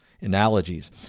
analogies